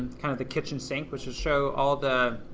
kind of the kitchen sink which will show all the